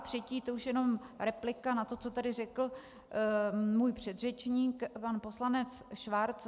A třetí, to už jenom replika na to, co tady řekl můj předřečník pan poslanec Schwarz.